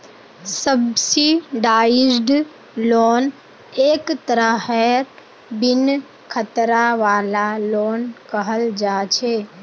subsidised loan एक तरहेर बिन खतरा वाला लोन कहल जा छे